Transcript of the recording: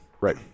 Right